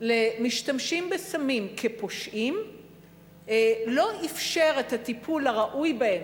למשתמשים בסמים כפושעים לא אפשר את הטיפול הראוי בהם,